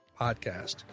podcast